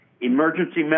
emergency